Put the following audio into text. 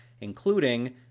including